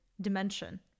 dimension